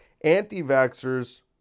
anti-vaxxers